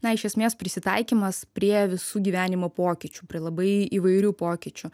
na iš esmės prisitaikymas prie visų gyvenimo pokyčių prie labai įvairių pokyčių